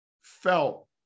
felt